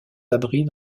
abris